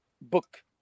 book